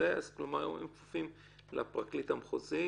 אז הם כפופים לפרקליט המחוזי,